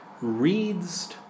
reads